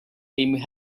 they